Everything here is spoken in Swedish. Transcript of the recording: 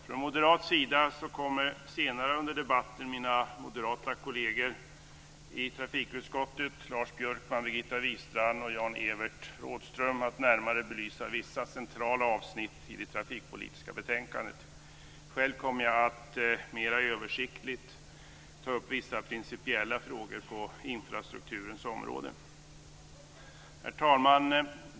Från moderat sida kommer senare under debatten mina kolleger i trafikutskottet Lars Björkman, Birgitta Wistrand och Jan-Evert Rådhström att närmare belysa vissa centrala avsnitt i det trafikpolitiska betänkandet. Själv kommer jag att mera översiktligt ta upp vissa principiella frågor på infrastrukturens område. Herr talman!